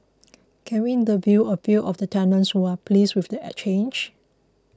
can we interview a few of the tenants who are pleased with the change